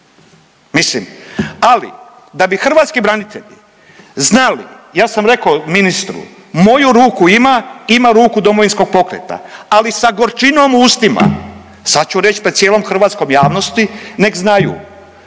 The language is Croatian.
Mislim, ali da bi hrvatski branitelji znali, ja sam rekao ministru moju ruku ima, ima ruku Domovinskog pokreta ali sa gorčinom u ustima. Sad ću reći pred cijelom hrvatskom javnosti nek znaju.